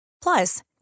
Plus